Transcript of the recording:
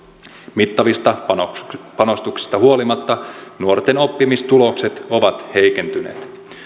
mittavista panostuksista panostuksista huolimatta nuorten oppimistulokset ovat heikentyneet